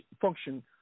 function